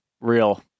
real